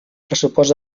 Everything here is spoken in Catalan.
pressupost